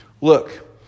Look